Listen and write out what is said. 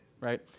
right